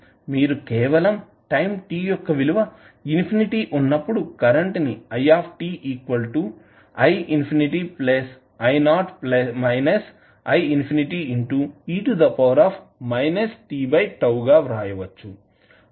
మీరు కేవలం time t యొక్క విలువ ఇన్ఫినిటీ వున్నప్పుడు కరెంటుని గా వ్రాయవచ్చు